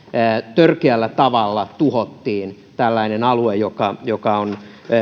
törkeällä tavalla tuhottiin alue joka joka oli